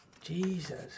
Jesus